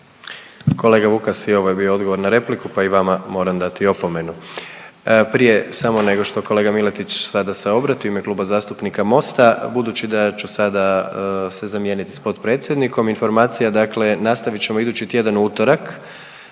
Kolega Vukas i ovo je bio odgovor na repliku pa i vama moram dati opomenu. Prije samo nego što kolega Miletić sada se obrati u ime Kluba zastupnika Mosta, budući da ću sada se zamijeniti s potpredsjednikom, informacija, dakle, nastavit ćemo idući tjedan u utorak